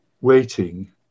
waiting